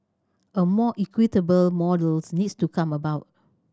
a more equitable models needs to come about